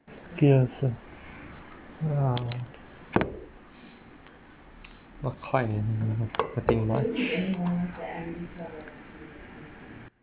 gilson ya not quite nothing much